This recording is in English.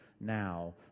now